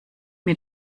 mir